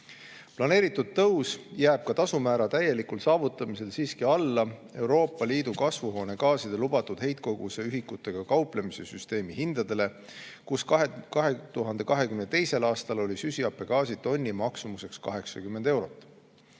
Planeeritud tõus jääb ka tasumäära täielikul saavutamisel siiski alla Euroopa Liidu kasvuhoonegaaside lubatud heitkoguse ühikutega kauplemise süsteemi hindadele, kus 2022. aastal oli süsihappegaasi tonni maksumuseks 80 eurot.